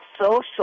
social